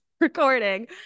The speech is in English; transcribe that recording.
recording